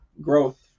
Growth